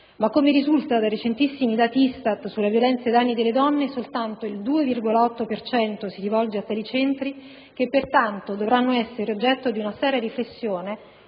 ma, come risulta da recentissimi dati ISTAT sulla violenza ai danni delle donne, soltanto il 2,8 per cento si rivolge a tali centri, che pertanto dovranno essere oggetto di una seria riflessione,